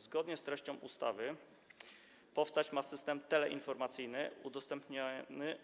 Zgodnie z treścią ustawy ma powstać system teleinformacyjny udostępniany